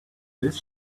this